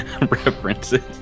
references